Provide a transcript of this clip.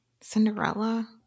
Cinderella